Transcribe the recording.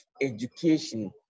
education